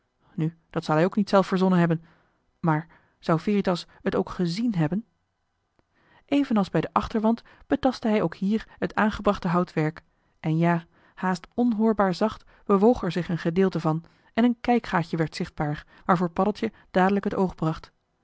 nu dat zal hij ook niet zelf verzonnen hebben maar zou veritas t ook gezien hebben evenals bij den achterwand betastte hij ook hier het aangebrachte houtwerk en ja haast onhoorbaar joh h been paddeltje de scheepsjongen van michiel de ruijter zacht bewoog er zich een gedeelte van en een kijkgaatje werd zichtbaar waarvoor paddeltje dadelijk het oog bracht